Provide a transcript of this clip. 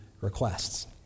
requests